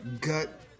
gut